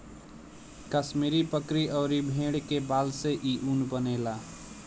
कश्मीरी बकरी अउरी भेड़ के बाल से इ ऊन बनेला